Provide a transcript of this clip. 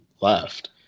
left